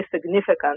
significant